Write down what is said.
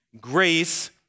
grace